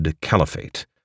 caliphate